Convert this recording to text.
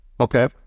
okay